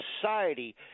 society